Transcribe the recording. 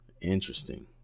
Interesting